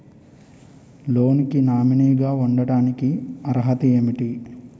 Loan కి nominee గా ఉండటానికి అర్హత ఏమిటి?